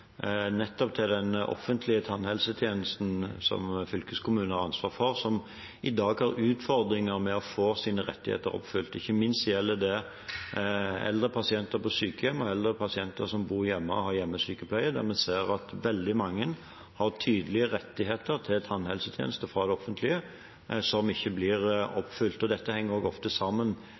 nettopp i den offentlige tannhelsetjenesten, som fylkeskommunen har ansvar for, som i dag har utfordringer med å få sine rettigheter oppfylt. Ikke minst gjelder det eldre pasienter på sykehjem og eldre pasienter som bor hjemme og har hjemmesykepleie, der vi ser at veldig mange har tydelige rettigheter til tannhelsetjenester fra det offentlige som de ikke får oppfylt. Dette henger ofte sammen